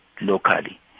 locally